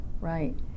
right